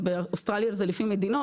באוסטרליה זה לפי מדינות,